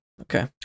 Okay